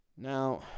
now